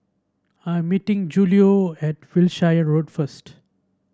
I'm meeting Julio at Wiltshire Road first